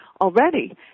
already